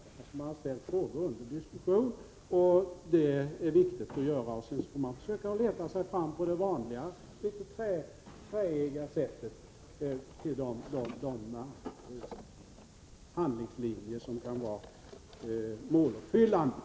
Utredningen har ställt frågor under diskussion, och det är viktigt att göra, men sedan får man försöka leta sig fram på det vanliga litet träiga sättet till de handlingslinjer som kan vara måluppfyllande.